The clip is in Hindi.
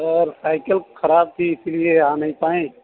सर साइकिल ख़राब थी इसलिए आ नहीं पाए